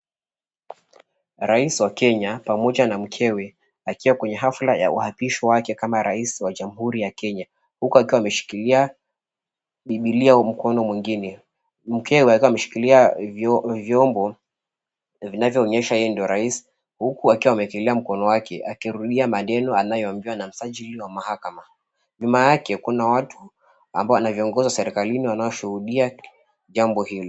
Rais wa Kenya pamoja na mkewe akiwa kwenye hafla ya uapisho wake kama rais wa Jamhuri ya Kenya huku akiwa ameshikilia bibilia huu mkono mwingine. Mkewe akiwa ameshikilia vyombo vinavyoonyesha yeye ndo rais huku akiwa ameekelea mkono wake akirudia maneno anayoambiwa na msajili wa mahakama. Nyuma yake kuna watu amabao wanaongoza serikalini wanaoshuhudia jambo hilo.